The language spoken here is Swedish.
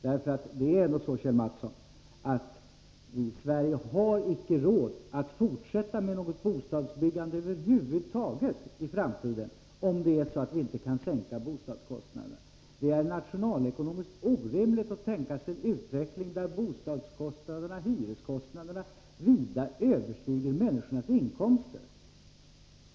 Vi har inte råd, Kjell Mattsson, att fortsätta med något bostadsbyggande över huvud taget, om vi inte kan sänka bostadskostnaderna. Det är nationalekonomiskt orimligt att tänka sig en utveckling, som innebär att bostadskostnaderna och hyreskostnaderna vida överstiger människornas inkomster.